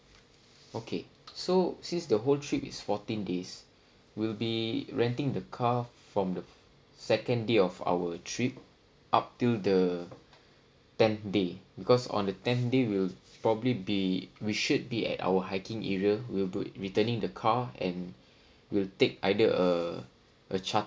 okay so since the whole trip is fourteen days we'll be renting the car from the second day of our trip up till the tenth day because on the tenth day we'll probably be we should be at our hiking area we'll be returning the car and we'll take either a a char~